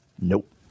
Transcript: Nope